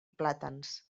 plàtans